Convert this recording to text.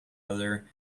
other